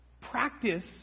Practice